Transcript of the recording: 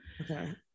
Okay